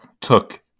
took